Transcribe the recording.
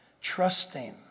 trusting